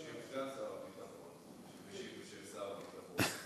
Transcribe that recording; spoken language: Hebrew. בשם סגן שר הביטחון, שמשיב בשם שר הביטחון.